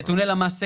נתוני למ"ס.